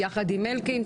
יחד עם אלקין.